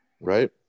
right